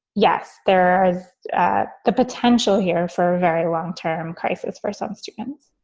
yes, there is the potential here for a very long term crisis for some students